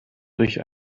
durch